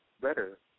better